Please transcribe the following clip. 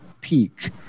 peak